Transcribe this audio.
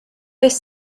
beth